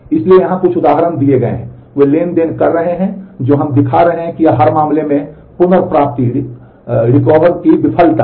इसलिए यहां कुछ उदाहरण दिए गए हैं वे ट्रांज़ैक्शन कर रहे हैं जो हम दिखा रहे हैं कि यह हर मामले में पुनर्प्राप्ति की विफलता है